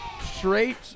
Straight